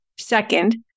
Second